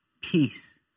peace